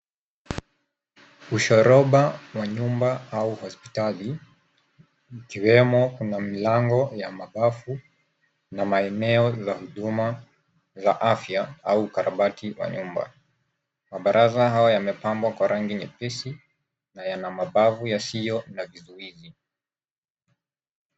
Ushoroba wa nyumba au hospitali ukiwemo kuna mlango ya mabafu na maeneo ya huduma za afya au ukarabati wa nyumba. Mabaraza haya yamepambwa kwa rangi nyepesi na yana mabavu yasiyo na vizuizi.